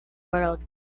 world